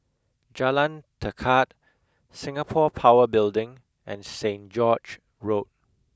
Jalan Tekad Singapore Power Building and Saint George Road